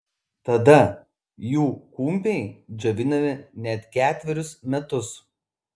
tada jų kumpiai džiovinami net ketverius metus